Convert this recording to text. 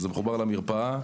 זה מחובר למרפאה,